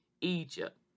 Egypt